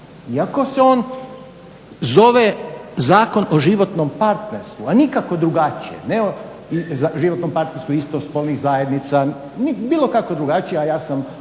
iako se on zove Zakon o životnom partnerstvu, a nikako drugačije, ne o životnom partnerstvu istospolnih zajednica, ni bilo kako drugačije a ja sam